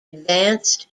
advanced